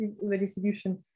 redistribution